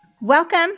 Welcome